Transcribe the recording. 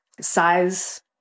size